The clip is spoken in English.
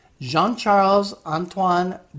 Jean-Charles-Antoine